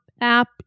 app